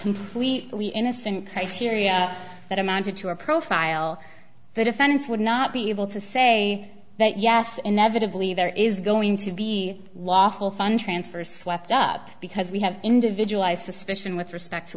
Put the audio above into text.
completely innocent criteria that amounted to a profile the defendants would not be able to say that yes inevitably there is going to be lawful fun transfer swept up because we have individualized suspicion with respect to